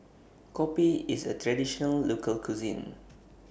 Kopi IS A Traditional Local Cuisine